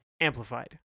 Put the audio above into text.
amplified